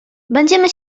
będziemy